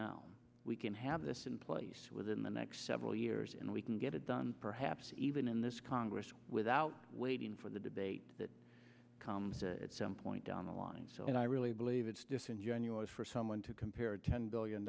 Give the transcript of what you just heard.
now we can have this in place within the next several years and we can get it done perhaps even in this congress without waiting for the debate that comes a point down the line so and i really believe it's disingenuous for someone to compare ten billion